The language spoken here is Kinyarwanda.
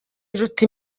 iruta